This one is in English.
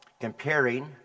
comparing